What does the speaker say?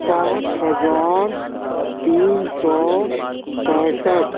پانچ ہزار تین سو پینسٹھ